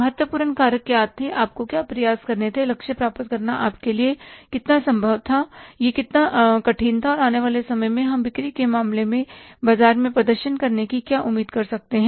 महत्वपूर्ण कारक क्या थे आपको क्या प्रयास करने थे लक्ष्य प्राप्त करना आपके लिए कितना संभव था या यह कितना कठिन था और आने वाले समय में हम बिक्री के मामले में बाजार में प्रदर्शन करने की क्या उम्मीद कर सकते हैं